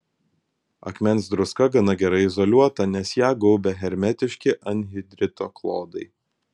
akmens druska gana gerai izoliuota nes ją gaubia hermetiški anhidrito klodai